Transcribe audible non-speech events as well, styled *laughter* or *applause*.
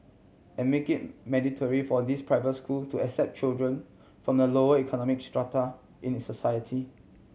and make it mandatory for these private school to accept children from the lower economic strata in *unintelligible* society